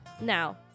Now